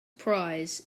prize